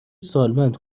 سالمند